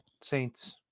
Saints